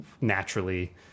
naturally